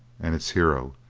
and its hero.